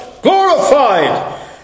glorified